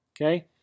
okay